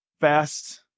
fast